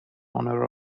honor